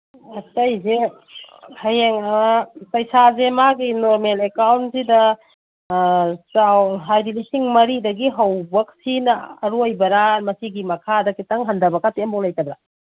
ꯑꯇꯩꯁꯦ ꯍꯌꯦꯡ ꯄꯩꯁꯥꯁꯦ ꯃꯥꯒꯤ ꯅꯣꯔꯃꯦꯜ ꯑꯦꯀꯥꯎꯟꯁꯤꯗ ꯍꯥꯏꯕꯗꯤ ꯂꯤꯁꯤꯡ ꯃꯔꯤꯗꯒꯤ ꯍꯧꯕ ꯁꯤꯅ ꯑꯔꯣꯏꯕꯔꯥ ꯃꯁꯤꯒꯤ ꯃꯈꯥꯗ ꯈꯖꯤꯛꯇꯪ ꯍꯟꯊꯕꯀꯥꯗꯤ ꯑꯃꯐꯥꯎꯕ ꯂꯩꯇꯕꯔꯥ